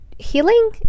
healing